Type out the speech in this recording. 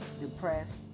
Depressed